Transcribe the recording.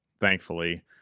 thankfully